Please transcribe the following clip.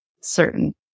certain